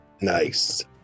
Nice